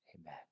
Amen